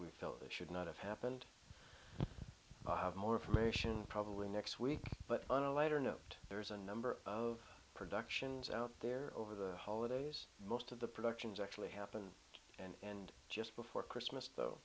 we feel it should not have happened to have more information probably next week but on a lighter note there's a number of productions out there over the holidays most of the productions actually happen and just before christmas though